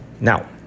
Now